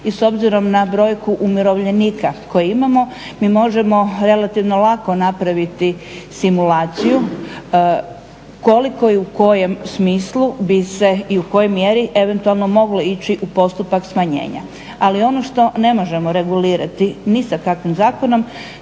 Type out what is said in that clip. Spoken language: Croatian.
i s obzirom na brojku umirovljenika koju imamo mi možemo relativno lako napraviti simulaciju koliko i u kojem smislu bi se i u kojoj mjeri eventualno moglo ići u postupak smanjenja. Ali ono što ne možemo regulirati ni sa kakvim zakonom